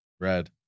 Red